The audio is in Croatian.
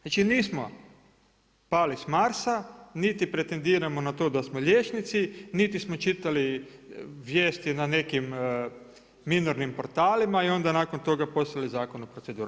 Znači nismo pali s Marsa, niti pretendiramo na to da smo liječnici, niti smo čitali vijesti na nekim minornim portalima i onda nakon toga poslali zakon u proceduru.